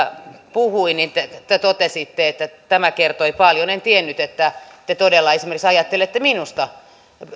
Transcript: puhui niin te te totesitte että että tämä kertoi paljon en tiennyt että te todella ajattelette esimerkiksi minusta